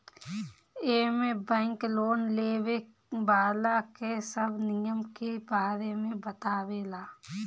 एमे bank loan लेवे वाला के सब नियम के बारे में बतावे ला